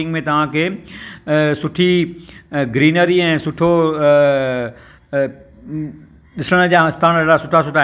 जाम सुठो जरियो आहे की माण्हू हिकु हंधि खां ॿिए हंधि ॻाल्हाए सघे जीअं त सुठे ॻाल्हियूं सिखे ऐं माण्हू